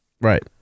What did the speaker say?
Right